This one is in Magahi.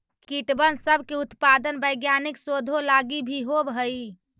कीटबन सब के उत्पादन वैज्ञानिक शोधों लागी भी होब हई